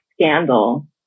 scandal